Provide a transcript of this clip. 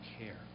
care